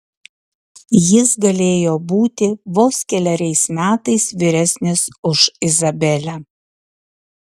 jis galėjo būti vos keleriais metais vyresnis už izabelę